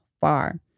far